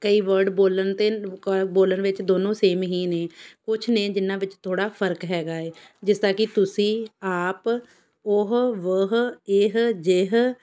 ਕਈ ਵਰਡ ਬੋਲਣ ਅਤੇ ਬੋਲਣ ਵਿੱਚ ਦੋਨੋਂ ਸੇਮ ਹੀ ਨੇ ਕੁਝ ਨੇ ਜਿਹਨਾਂ ਵਿੱਚ ਥੋੜ੍ਹਾ ਫ਼ਰਕ ਹੈਗਾ ਹੈ ਜਿਸ ਤਰ੍ਹਾਂ ਕਿ ਤੁਸੀਂ ਆਪ ਉਹ ਵੋਹ ਇਹ ਯੇਹ